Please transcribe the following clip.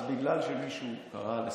אז בגלל שמישהו קרא לסרבנות,